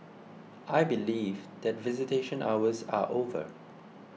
I believe that visitation hours are over